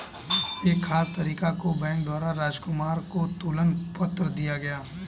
एक खास तारीख को बैंक द्वारा राजकुमार को तुलन पत्र दिया गया